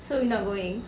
so we not going